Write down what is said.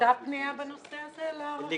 נעשתה פנייה בנושא הזה לרשויות?